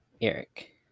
Eric